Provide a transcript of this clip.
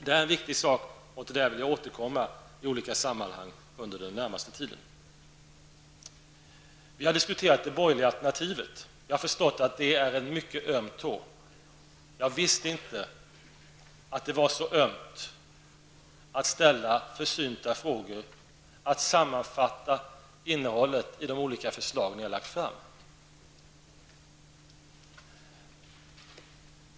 Det här är en viktig sak, och jag avser att återkomma till den i olika sammanhang under den närmaste tiden. Det borgerliga alternativet har diskuterats. Jag har förstått att det är en mycket öm tå. Jag visste inte att den var så öm när jag ställde försynta frågor och sammanfattade innehållet i de olika förslag ni har lagt fram.